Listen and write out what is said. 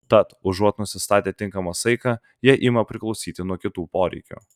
tad užuot nusistatę tinkamą saiką jie ima priklausyti nuo kitų poreikių